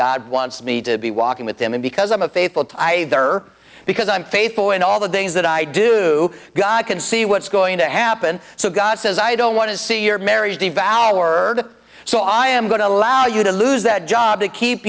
god wants me to be walking with him because i'm a faithful to either because i'm faithful and all the things that i do god can see what's going to happen so god says i don't want to see your marriage devalued word so i am going to allow you to lose that job to keep